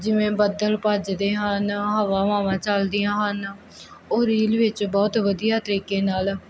ਜਿਵੇਂ ਬੱਦਲ ਭੱਜਦੇ ਹਨ ਹਵਾ ਹਵਾਵਾਂ ਚੱਲਦੀਆਂ ਹਨ ਉਹ ਰੀਲ ਵਿੱਚ ਬਹੁਤ ਵਧੀਆ ਤਰੀਕੇ ਨਾਲ